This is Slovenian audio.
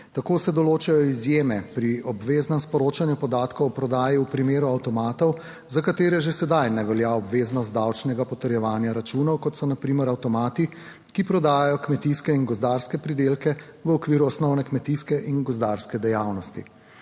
Tako se določajo izjeme pri obveznem sporočanju podatkov o prodaji v primeru avtomatov, za katere že sedaj ne velja obveznost davčnega potrjevanja računov kot so na primer avtomati ki prodajajo kmetijske in gozdarske pridelke v okviru osnovne kmetijske in gozdarske dejavnosti.